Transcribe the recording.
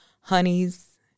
honeys